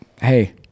Hey